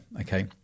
Okay